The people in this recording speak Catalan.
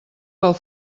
pel